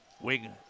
Wing